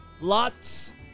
Lots